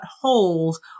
holes